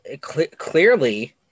clearly